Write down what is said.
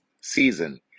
season